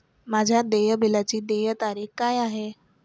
माझ्या देय बिलाची देय तारीख काय आहे?